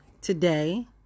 today